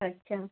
अच्छा